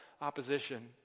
opposition